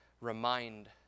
remind